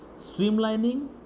Streamlining